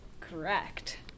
Correct